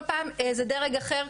כל פעם זה דרג אחר,